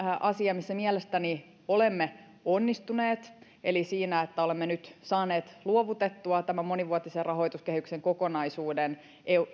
asia missä mielestäni olemme onnistuneet siinä että olemme nyt saaneet luovutettua tämän monivuotisen rahoituskehyksen kokonaisuuden